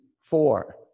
four